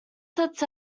sets